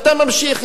ואתה ממשיך,